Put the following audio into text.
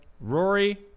rory